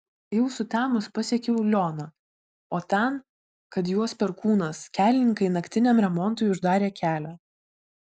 jau sutemus pasiekiau lioną o ten kad juos perkūnas kelininkai naktiniam remontui uždarė kelią